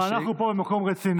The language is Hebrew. אבל אנחנו פה במקום רציני,